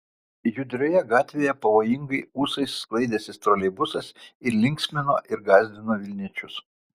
judrioje gatvėje pavojingai ūsais sklaidęsis troleibusas ir linksmino ir gąsdino vilniečius